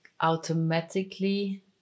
automatically